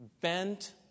bent